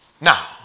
Now